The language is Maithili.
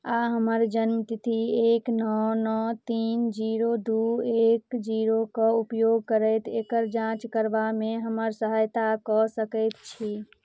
आ हमर जन्म तिथि एक नओ नओ तीन जीरो दू एक जीरोके उपयोग करैत एकर जाँच करबामे हमर सहायता कऽ सकैत छी